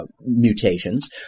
mutations